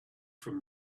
from